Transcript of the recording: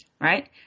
Right